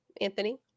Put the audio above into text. Anthony